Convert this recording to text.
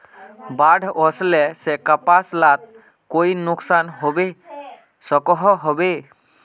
बाढ़ वस्ले से कपास लात कोई नुकसान होबे सकोहो होबे?